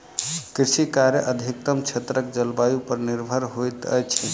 कृषि कार्य अधिकतम क्षेत्रक जलवायु पर निर्भर होइत अछि